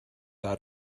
out